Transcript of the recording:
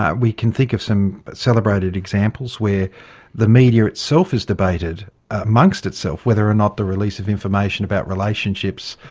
ah we can think of some celebrated examples where the media itself has debated amongst itself whether or not the release of information about relationships,